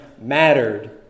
mattered